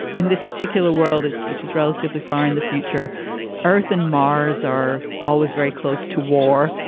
in this particular world, it's which is relatively far in the future earth and mars are always very close to war.